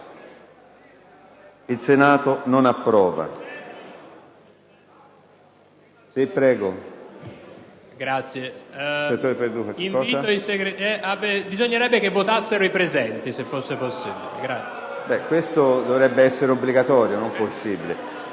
**Il Senato non approva.**